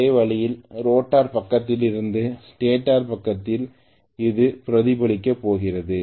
அதே வழியில் ரோட்டார் பக்கத்திலிருந்து ஸ்டேட்டர் பக்கத்திற்கு அது பிரதிபலிக்கப் போகிறது